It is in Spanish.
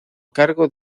cargo